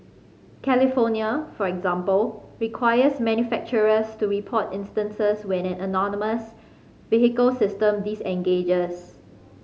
California for example requires manufacturers to report instances when an autonomous vehicle system disengages